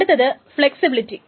അടുത്തത് ഫെളക്സിബിലിറ്റി